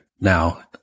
now